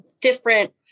different